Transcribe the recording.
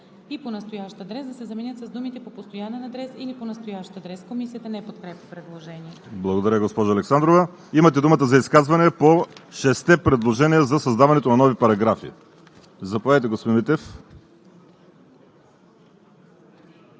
и по настоящ адрес“ да се заменят с думите „по постоянен адрес или по настоящ адрес“.“ Комисията не подкрепя предложението. ПРЕДСЕДАТЕЛ ВАЛЕРИ СИМЕОНОВ: Благодаря, госпожо Александрова. Имате думата за изказване по шестте предложения за създаването на нови параграфи. Заповядайте, господин Митев.